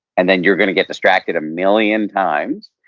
and then you're going to get distracted a million times,